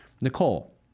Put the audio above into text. Nicole